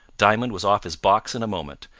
diamond was off his box in a moment,